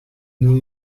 new